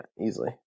easily